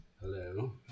hello